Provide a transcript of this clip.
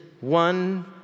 one